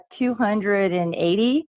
280